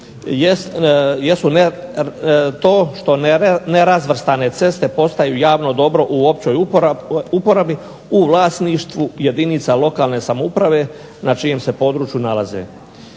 jesu to što nerazvrstane ceste postaju javno dobro u općoj uporabi u vlasništvu jedinica lokalne samouprave na čijem se području nalaze.